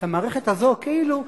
את המערכת הזאת, כאילו אתם,